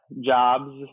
jobs